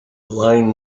line